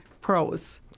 pros